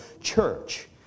church